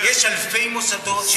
יש אלפי מוסדות,